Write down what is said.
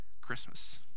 Christmas